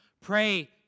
Pray